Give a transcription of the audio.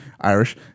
Irish